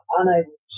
unable